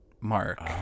mark